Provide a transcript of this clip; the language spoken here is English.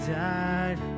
died